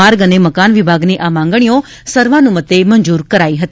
માર્ગ અને મકાન વિભાગની આ માંગગીઓ સર્વાનુમતે મંજૂર કરાઇ હતી